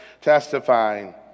testifying